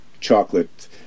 chocolate